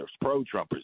pro-Trumpers